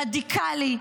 רדיקלי,